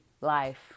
life